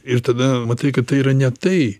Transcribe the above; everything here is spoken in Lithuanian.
ir tada matai kad tai yra ne tai